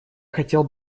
хотел